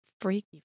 Freaky